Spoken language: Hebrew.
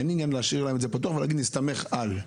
אין עניין להשאיר את זה פתוח, ולהגיד: נסתמך על.